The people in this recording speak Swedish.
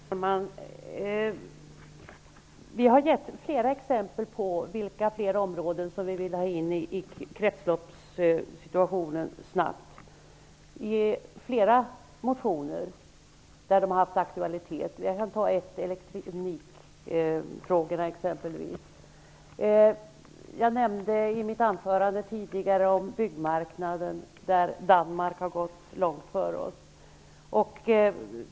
Herr talman! Vi har gett flera exempel på ytterligare områden där vi snabbt vill få till stånd en kretsloppssituation. Jag kan t.ex. peka på en motion om elektronikfrågor. Jag nämnde i mitt tidigare anförande byggmarknaden, där Danmark har kommit långt före oss.